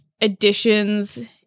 additions